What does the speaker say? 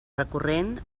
recurrent